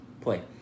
play